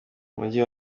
umujyi